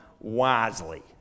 wisely